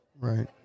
right